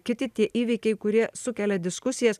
kiti tie įvykiai kurie sukelia diskusijas